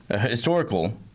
Historical